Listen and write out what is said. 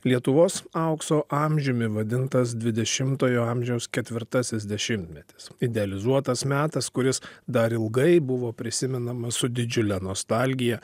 lietuvos aukso amžiumi vadintas dvidešimtojo amžiaus ketvirtasis dešimtmetis idealizuotas metas kuris dar ilgai buvo prisimenamas su didžiule nostalgija